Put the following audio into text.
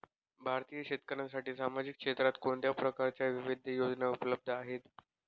भारतीय शेतकऱ्यांसाठी सामाजिक क्षेत्रात कोणत्या प्रकारच्या विविध योजना उपलब्ध आहेत?